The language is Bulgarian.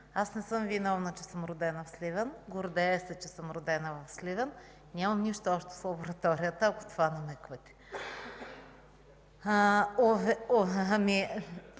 – не съм виновна, че съм родена в Сливен. Гордея се, че съм родена в Сливен. Нямам нищо общо с лабораторията, ако това намеквате. РЕПЛИКИ